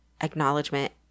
acknowledgement